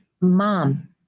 mom